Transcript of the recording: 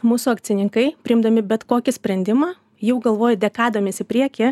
mūsų akcininkai priimdami bet kokį sprendimą jau galvoja dekadomis į priekį